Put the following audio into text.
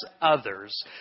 others